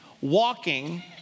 walking